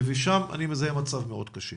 ושם אני מזהה מצב מאוד קשה.